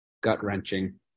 gut-wrenching